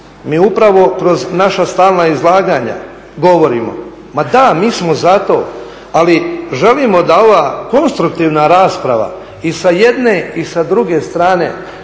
Mi upravo kroz naša stalna izlaganja govorimo ma da, mi smo za to, ali želimo da ova konstruktivna rasprava i sa jedne i sa druge strane